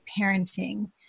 parenting